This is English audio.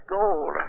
gold